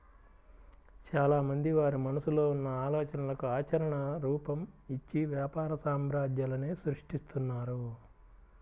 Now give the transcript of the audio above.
చాలామంది వారి మనసులో ఉన్న ఆలోచనలకు ఆచరణ రూపం, ఇచ్చి వ్యాపార సామ్రాజ్యాలనే సృష్టిస్తున్నారు